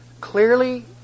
clearly